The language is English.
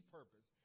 purpose